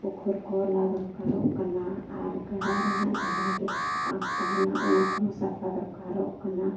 ᱯᱩᱠᱩᱨᱤ ᱠᱚ ᱞᱟ ᱫᱚᱨᱠᱟᱨᱚᱜ ᱠᱟᱱᱟ ᱟᱨ ᱜᱟᱰᱟ ᱨᱮᱱᱟᱜ ᱡᱟᱦᱟᱸᱜᱮ ᱯᱟᱸᱠ ᱛᱟᱦᱮᱱᱟ ᱚᱱᱟ ᱠᱚᱦᱚᱸ ᱥᱟᱯᱷᱟ ᱫᱚᱨᱠᱟᱨᱚᱜ ᱠᱟᱱᱟ